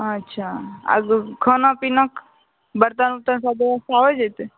अच्छा अब खाना पीना बर्तन उरतन सब ब्यबस्था होइ जैते